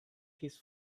his